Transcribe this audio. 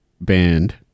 band